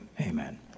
amen